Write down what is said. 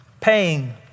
paying